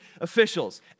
officials